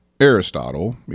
Aristotle